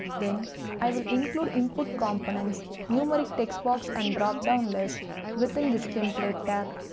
then i will include input components, numeric textbox and dropdown list within this template tab.